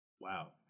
Wow